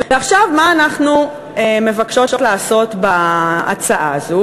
עכשיו, מה אנחנו מבקשות לעשות בהצעה הזאת?